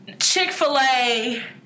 Chick-fil-A